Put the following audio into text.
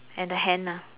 and the hand ah